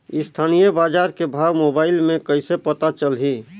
स्थानीय बजार के भाव मोबाइल मे कइसे पता चलही?